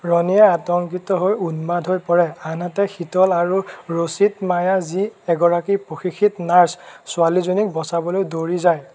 ৰণিয়ে আতংকিত হৈ উন্মাদ হৈ পৰে আনহাতে শীতল আৰু ৰচিত মায়া যি এগৰাকী প্ৰশিক্ষিত নাৰ্ছ ছোৱালীজনীক বচাবলৈ দৌৰি যায়